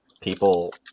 people